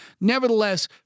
Nevertheless